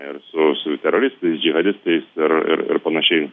ir su su teroristais džihadistais ir ir ir panašiai